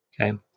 Okay